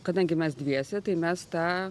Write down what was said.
kadangi mes dviese tai mes tą